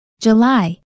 July